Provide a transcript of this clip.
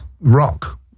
rock